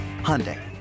Hyundai